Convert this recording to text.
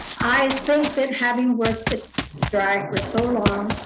i think that having worked at stri for so long,